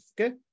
Okay